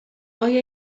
آیا